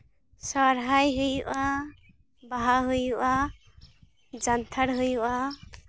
ᱥᱚᱨᱦᱟᱭ ᱦᱩᱭᱩᱜᱼᱟ ᱵᱟᱦᱟ ᱦᱩᱭᱩᱜᱼᱟ ᱡᱟᱱᱛᱷᱟᱲ ᱦᱩᱭᱩᱜᱼᱟ